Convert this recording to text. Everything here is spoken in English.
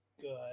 good